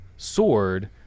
sword